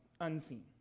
unseen